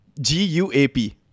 G-U-A-P